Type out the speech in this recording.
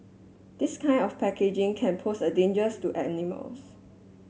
this kind of packaging can pose a dangers to animals